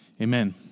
Amen